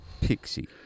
Pixie